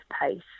pace